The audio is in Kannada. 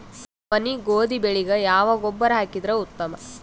ನವನಿ, ಗೋಧಿ ಬೆಳಿಗ ಯಾವ ಗೊಬ್ಬರ ಹಾಕಿದರ ಉತ್ತಮ?